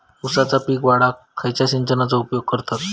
ऊसाचा पीक वाढाक खयच्या सिंचनाचो उपयोग करतत?